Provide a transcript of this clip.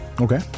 okay